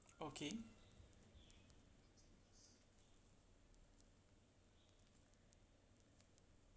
okay